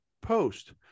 post